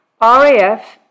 RAF